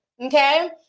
okay